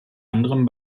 anderem